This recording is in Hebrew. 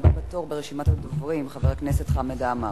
הבא בתור ברשימת הדוברים, חבר הכנסת חמד עמאר.